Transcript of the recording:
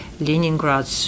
Leningrad